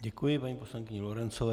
Děkuji paní poslankyni Lorencové.